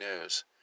news